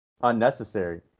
unnecessary